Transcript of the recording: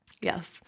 Yes